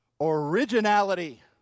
originality